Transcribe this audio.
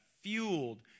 fueled